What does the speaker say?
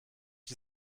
die